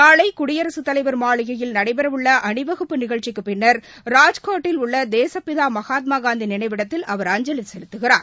நாளைகுடியரகத் தலைவா் மாளிகையில் நடைபெறவுள்ளஅணிவகுப்பு நிகழ்ச்சிக்குப் பின்னர் ராஜ்காட்டில் உள்ளதேசப்பிதாமகாத்மாகாந்திநினைவிடத்தில் அவர் அஞ்சலிசெலுத்துகிறார்